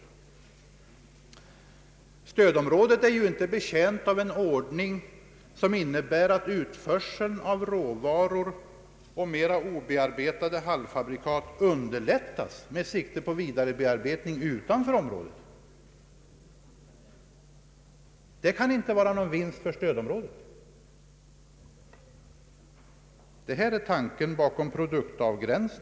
Stödområdet är ju inte betjänt av en ordning som innebär att utförseln av råvaror och mera obearbetade halvfabrikat underlättas med sikte på vidarebearbetning utanför stödområdet. Det är tanken bakom produktavgränsningen beträffande uttransporterna enligt detta förslag.